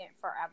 forever